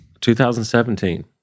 2017